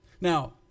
Now